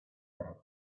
that